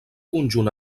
conjunt